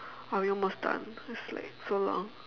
are we almost done it's like so long